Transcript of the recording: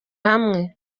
hamwe